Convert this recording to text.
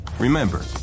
Remember